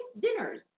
dinners